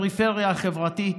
ולפריפריה החברתית.